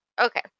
Okay